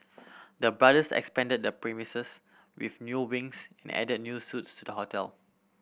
the brothers expanded the premises with new wings and added new suites to the hotel